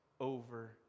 over